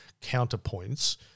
counterpoints